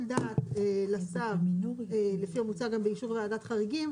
דעת לשר לפי המוצע גם באישור וועדת חריגים,